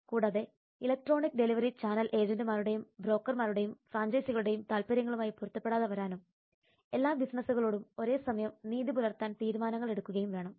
കൂടാതെ electronic delivery channel ഏജന്റുമാരുടെയും ബ്രോക്കർമാരുടെയും ഫ്രാഞ്ചൈസികളുടെയും താൽപ്പര്യങ്ങളുമായി പൊരുത്തപ്പെടാതെ വരാനും എല്ലാ ബിസിനസുകളോടും ഒരേ സമയം നീതി പുലർത്താൻ തീരുമാനങ്ങൾ എടുക്കുകയും വേണം